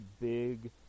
big